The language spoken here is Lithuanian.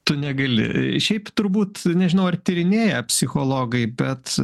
tu negali šiaip turbūt nežinau ar tyrinėja psichologai bet